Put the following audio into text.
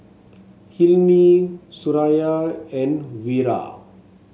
Hilmi Suraya and Wira